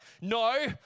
no